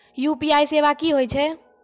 UPI सेवा की होय छै?